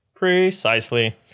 Precisely